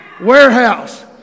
Warehouse